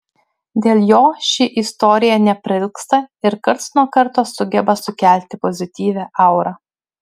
dėl jo ši istorija neprailgsta ir karts nuo karto sugeba sukelti pozityvią aurą